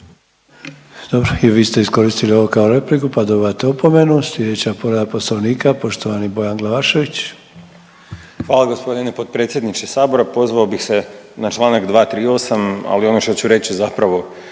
Dobro, i vi ste iskoristili ovo kao repliku, pa dobivate opomenu. Slijedeća povreda Poslovnika poštovani Bojan Glavašević. **Glavašević, Bojan (Nezavisni)** Hvala g. potpredsjedniče sabora. Pozvao bih se na čl. 238., ali ono što ću reći zapravo